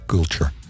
Culture